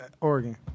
Oregon